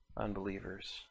unbelievers